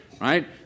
right